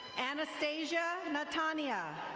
anastasia natanya.